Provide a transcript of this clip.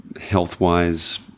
health-wise